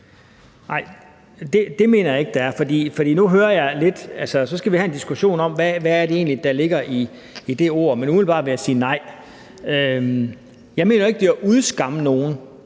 det mener jeg ikke der er. Så skal vi have en diskussion om, hvad det egentlig er, der ligger i det ord. Men umiddelbart vil jeg sige nej. Jeg mener ikke, det er et udskamme nogen